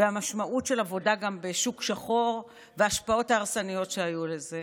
וגם המשמעות של עבודה בשוק שחור וההשפעות ההרסניות שהיו לזה.